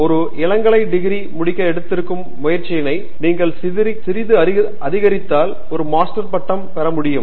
ஒரு இளங்கலை டிகிரி முடிக்க எடுக்கும் முயற்சியினை நீங்கள் சிறிது அதிகரித்தால் ஒரு மாஸ்டர் பட்டம் பெற முடியும்